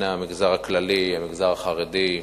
הן המגזר הכללי, הן המגזר החרדי,